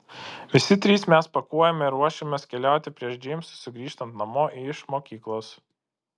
visi trys mes pakuojame ir ruošiamės keliauti prieš džeimsui sugrįžtant namo iš mokyklos